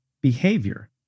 behavior